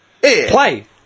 play